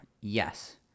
yes